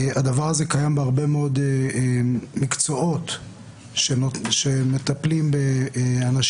הדבר הזה קיים בהרבה מאוד מקצועות שמטפלים באנשים,